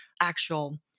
actual